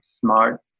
Smart